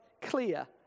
clear